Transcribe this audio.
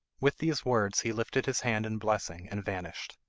with these words he lifted his hand in blessing and vanished.